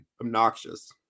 obnoxious